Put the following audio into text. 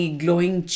glowing